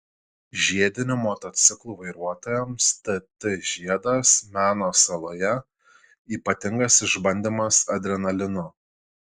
žiedinių motociklų vairuotojams tt žiedas meno saloje ypatingas išbandymas adrenalinu